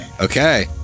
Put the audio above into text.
Okay